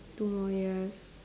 two more yes